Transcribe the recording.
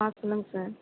சொல்லுங்கள் சார்